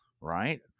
right